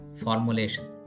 formulation